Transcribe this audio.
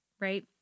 right